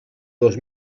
dos